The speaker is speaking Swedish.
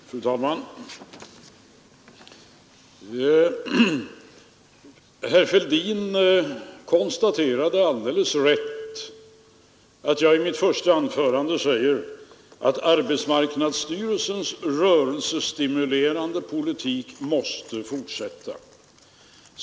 Fru talman! Herr Fälldin konstaterade alldeles riktigt att jag i mitt första anförande sade att arbetsmarknadsstyrelsens rörelsestimulerande politik måste fortsätta.